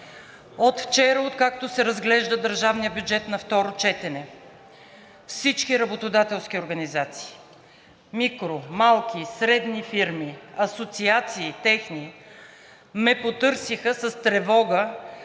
От вчера, откакто се разглежда държавният бюджет на второ четене, всички работодателски организации – микро-, малки, средни фирми, техни асоциации, ме потърсиха с тревога